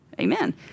Amen